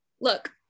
look